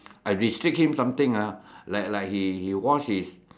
I restrict him something ah like like he he wash his